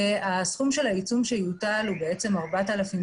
סכום העיצום שיוטל הוא 4,000 שקל,